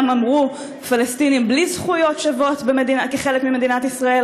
אמרו פלסטינים בלי זכויות שוות כחלק ממדינת ישראל,